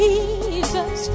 Jesus